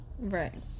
Right